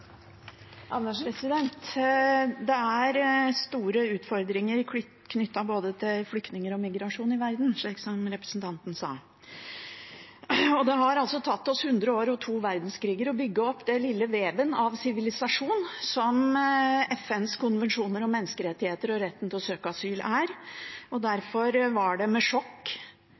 store utfordringer knyttet til både flyktninger og migrasjon i verden, slik som representanten sa. Det har tatt oss hundre år og to verdenskriger å bygge opp den lille veven av sivilisasjon som FNs konvensjoner om menneskerettigheter og retten til å søke asyl er. Derfor var det med sjokk